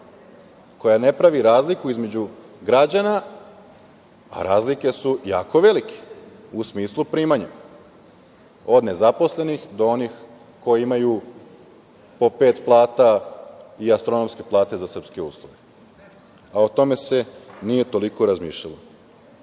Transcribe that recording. koja ne pravi razliku između građana, a razlike su jako velike, u smislu primanja, od nezaposlenih do onih koji imaju po pet plata i astronomske plate za srpske uslove. Ali, o tome se nije toliko razmišljalo. Mi